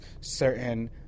certain